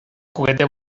juguete